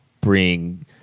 bring